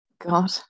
God